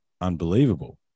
unbelievable